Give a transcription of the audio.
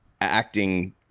acting